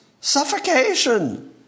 suffocation